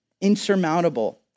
insurmountable